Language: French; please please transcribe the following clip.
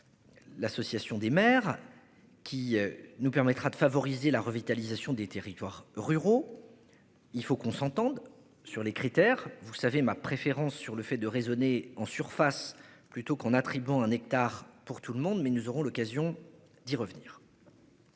L'association des maires. Qui nous permettra de favoriser la revitalisation des territoires ruraux. Il faut qu'on s'entende sur les critères vous savez ma préférence sur le fait de raisonner en surface plutôt qu'on attribue un hectare pour tout le monde mais nous aurons l'occasion d'y revenir.